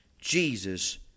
Jesus